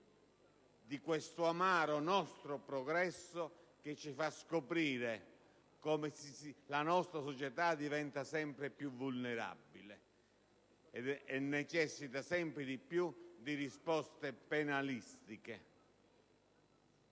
di un progresso che ci fa scoprire che la nostra società diventa sempre più vulnerabile e necessita sempre di più di risposte penalistiche.